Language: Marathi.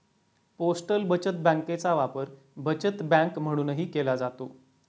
पोस्टल बचत बँकेचा वापर बचत बँक म्हणूनही केला जातो